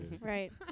Right